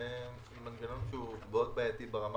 זה מנגנון מאוד בעייתי ברמה